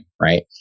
right